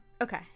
Okay